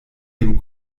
dem